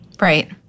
Right